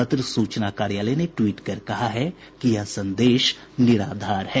पत्र सूचना कार्यालय ने ट्वीट कर कहा है कि यह संदेश निराधार है